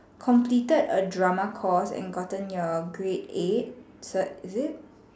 completed a drama course and gotten your grade eight cert is it